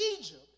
Egypt